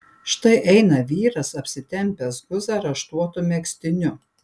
štai eina vyras apsitempęs guzą raštuotu megztiniu